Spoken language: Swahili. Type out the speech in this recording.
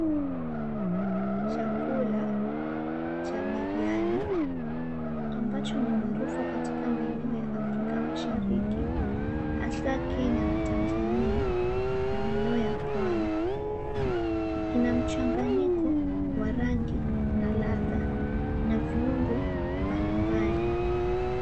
Chakula cha biriani ambacho ni maarufu katika maeneo ya Afrika mashariki hasa Kenya na Tanzania na maeneo ya pwani. Ina mchanganyiko wa rangi na ladha na viungo mbalimbali.